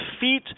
feet